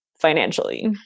financially